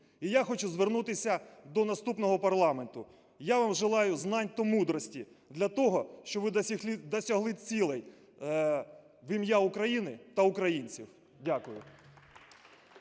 І я хочу звернутися до наступного парламенту. Я вам желаю знань та мудрості для того, щоб ви досягли цілей в ім'я України та українців. Дякую.